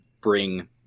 bring